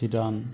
শ্ৰীদান্ত